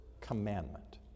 commandment